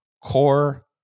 Core